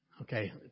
Okay